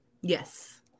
yes